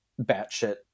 batshit